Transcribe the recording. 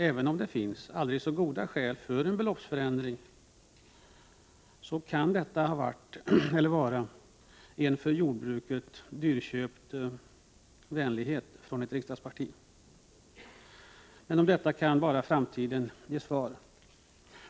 Även om det finns aldrig så goda skäl för en beloppsförändring, kan detta för jordbruket ha varit en dyrköpt vänlighet från ett riksdagsparti. Bara framtiden kan ge svar.